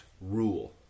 rule